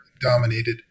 dominated